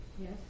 Yes